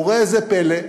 וראה איזה פלא,